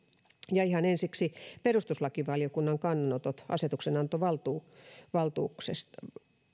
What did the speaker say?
ihan ensiksi perustuslakivaliokunnan kannanotot asetuksenantovaltuutuksesta